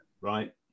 right